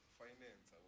finance